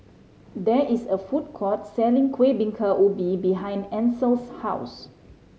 there is a food court selling Kuih Bingka Ubi behind Ancel's house